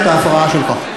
היום אתה לא במיטבך.